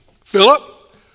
Philip